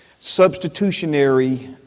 substitutionary